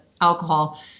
alcohol